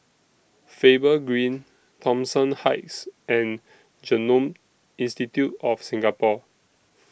Faber Green Thomson Heights and Genome Institute of Singapore